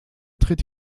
tritt